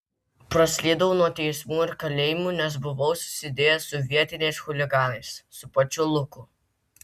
praslydau nuo teismų ir kalėjimų nes buvau susidėjęs su vietiniais chuliganais su pačiu luku